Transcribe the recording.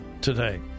today